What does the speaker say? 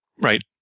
Right